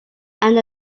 and